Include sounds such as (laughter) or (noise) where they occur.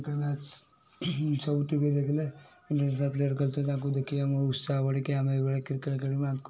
cricket match ସବୁ ଟିଭିରେ ଦେଖିଲେ (unintelligible) ପ୍ଲେୟାର୍ ଖେଳୁଛନ୍ତି ତାଙ୍କୁ ଦେଖିଲେ ଆମ ଉତ୍ସାହ ବଢ଼ିକି ଆମେ ଏଇ ଭଳିଆ କ୍ରିକେଟ୍ ଖେଳିବୁ